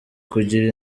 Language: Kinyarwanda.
kugira